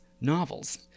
novels